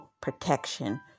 protection